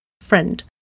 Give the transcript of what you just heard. friend